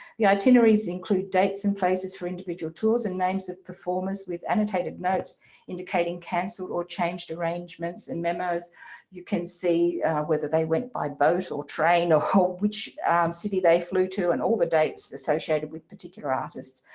the itineraries include dates and places for individual tours and names of performers with annotated notes indicating canceled or changed arrangements and memos you can see whether they went by boat or train or hop which city they flew to and all the dates associated with particular artists.